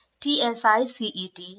TSICET